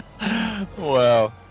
Wow